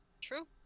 True